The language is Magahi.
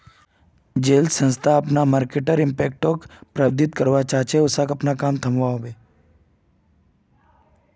जेल संस्था अपना मर्केटर इम्पैक्टोक प्रबधित करवा चाह्चे उसाक अपना काम थम्वा होबे